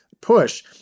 push